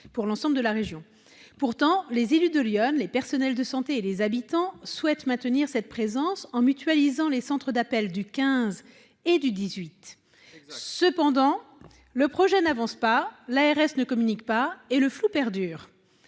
pour l'ensemble de la région. Pourtant, les élus de l'Yonne, les personnels de santé et les habitants souhaitent maintenir cette présence en mutualisant les centres d'appels du 15 et du 18. Exact ! Cependant, le projet n'avance pas, l'ARS ne communique pas et le flou perdure.